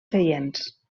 seients